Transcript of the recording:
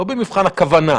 לא במבחן הכוונה.